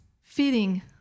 feeding